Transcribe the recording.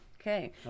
Okay